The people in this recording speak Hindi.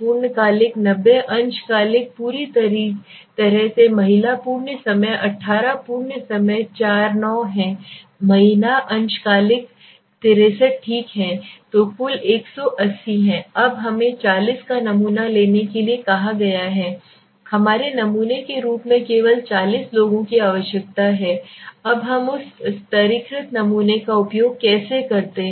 पूर्णकालिक 90 अंशकालिक पूरी तरह से महिला पूर्ण समय 18 पूर्ण समय 4 9 है महिला अंशकालिक है 63 ठीक है तो कुल 180 है अब हमें 40 का नमूना लेने के लिए कहा गया है हमारे नमूने के रूप में केवल 40 लोगों की आवश्यकता है अब हम उस स्तरीकृत नमूने का उपयोग कैसे करते हैं